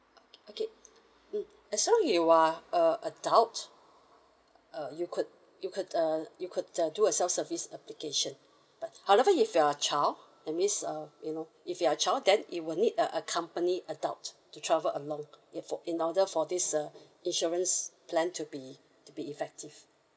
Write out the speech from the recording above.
okay okay mm as long you are a adult uh you could you could uh you could uh do a self service application but however if you're a child that means um you know if you're a child then it will need a accompany adult to travel along in for in order for this uh insurance plan to be to be effective